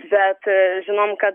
bet žinom kad